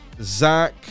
Zach